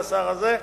אל השר הזה,